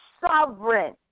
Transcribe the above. sovereign